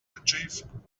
achieve